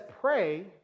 pray